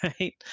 right